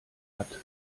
hat